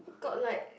got like